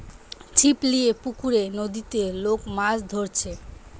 ছিপ লিয়ে পুকুরে, নদীতে লোক মাছ ধরছে